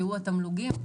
שהוא התמלוגים,